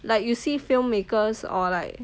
like you see film makers or like